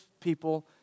people